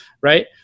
right